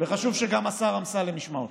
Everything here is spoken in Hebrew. וחשוב שגם השר אמסלם ישמע אותו.